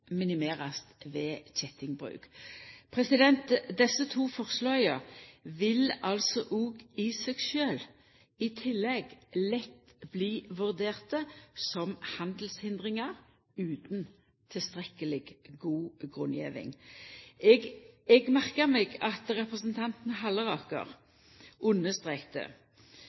minimerast ved kjettingbruk. Desse to forslaga vil altså òg i seg sjølve i tillegg lett bli vurderte som handelshindringar utan tilstrekkeleg god grunngjeving. Eg merka meg at representanten